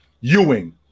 Ewing